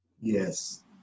Yes